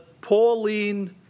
Pauline